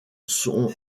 sont